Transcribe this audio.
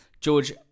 George